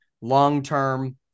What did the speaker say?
long-term